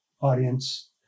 audience